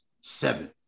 seven